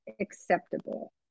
acceptable